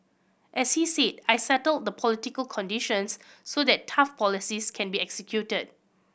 as he said I settled the political conditions so that tough policies can be executed